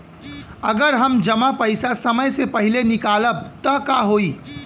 अगर हम जमा पैसा समय से पहिले निकालब त का होई?